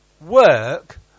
work